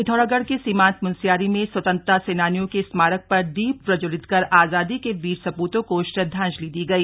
पिथौरागढ़ के सीमांत मुनस्यारी में स्वतंत्रता संग्राम सेनानियों के स्मारक पर दीप प्रज्वलित कर आजादी के वीर सपूतों को श्रंदाजलि दी गई